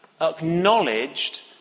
acknowledged